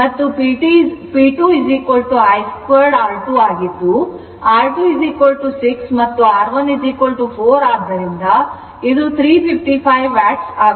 ಮತ್ತು P 2 I 2 R2 ಆಗಿದ್ದು R2 6 ಮತ್ತು R1 4 ಆದ್ದರಿಂದ ಇದು 355 ವ್ಯಾಟ್ ಆಗುತ್ತದೆ